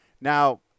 Now